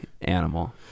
animal